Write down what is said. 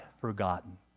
forgotten